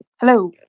Hello